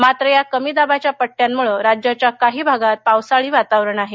मात्र या कमी दाबाच्या पट्टयांमुळे राज्याच्या काही भागात पावसाळी वातावरण आहे